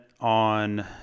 on